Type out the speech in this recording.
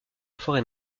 forêt